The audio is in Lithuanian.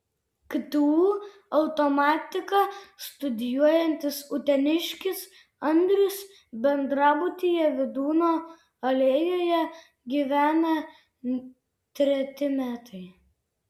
ktu automatiką studijuojantis uteniškis andrius bendrabutyje vydūno alėjoje gyvena treti metai